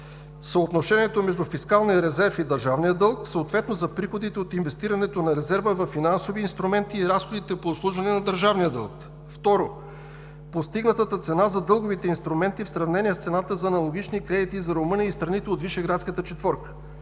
Съотношението между фискалния резерв и държавния дълг, съответно за приходите от инвестирането на резерва във финансови инструменти и разходите по обслужване на държавния дълг. 2. Постигнатата цена за дълговите инструменти в сравнение с цената за аналогични кредити за Румъния и страните от Вишеградската четворка.